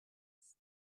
است